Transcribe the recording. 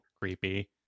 creepy